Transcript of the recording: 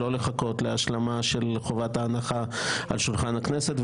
לא לחכות להשלמה של חובת ההנחה על שולחן הכנסת,